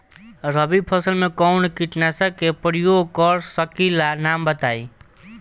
रबी फसल में कवनो कीटनाशक के परयोग कर सकी ला नाम बताईं?